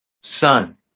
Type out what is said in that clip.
son